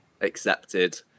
accepted